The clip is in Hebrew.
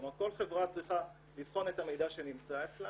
כלומר, כל חברה צריכה לבחון את המידע שנמצא אצלה